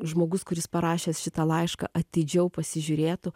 žmogus kuris parašęs šitą laišką atidžiau pasižiūrėtų